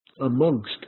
amongst